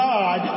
God